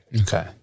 Okay